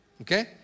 okay